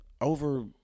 over